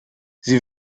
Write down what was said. sie